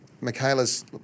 Michaela's